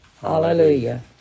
Hallelujah